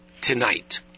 tonight